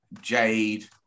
Jade